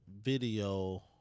video